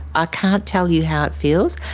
ah can't tell you how it feels.